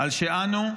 על שאנו,